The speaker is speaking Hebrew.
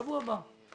בשבוע הבא.